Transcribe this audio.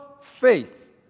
faith